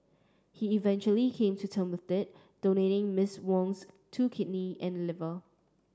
he eventually came to term with that donating Miss Wong's two kidney and liver